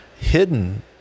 hidden